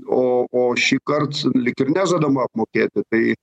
o o šįkart lyg ir nežadama apmokėti tai